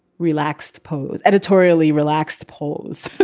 relaxed pose. editorially relaxed pose